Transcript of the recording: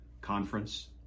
Conference